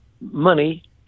money